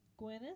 Gwyneth